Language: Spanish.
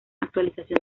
actualización